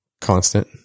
constant